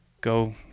go